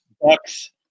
Bucks